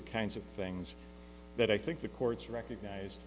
the kinds of things that i think the courts recognize